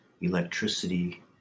electricity